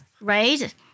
Right